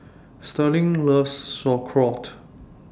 Sterling loves Sauerkraut